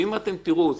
ואם תראו,